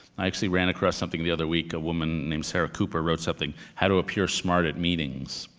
i actually ran across something the other week. a woman named sarah cooper wrote something, how to appear smart at meetings,